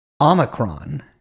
Omicron